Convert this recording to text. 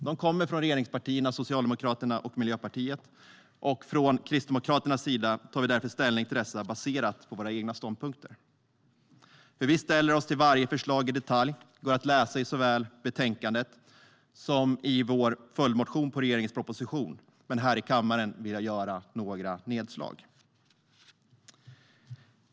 De kommer från regeringspartierna Socialdemokraterna och Miljöpartiet, och från Kristdemokraternas sida tar vi därför ställning till dessa baserat på våra egna ståndpunkter. Hur vi ställer oss till varje förslag i detalj går att läsa i såväl betänkandet som i vår följdmotion på regeringens proposition, men här i kammaren vill jag göra några nedslag.